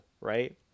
right